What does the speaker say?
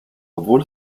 obwohl